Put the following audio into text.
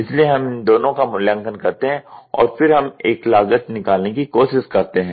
इसलिए हम इन दोनों का मूल्यांकन करते हैं और फिर हम एक लागत निकालने की कोशिश करते हैं